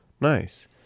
Nice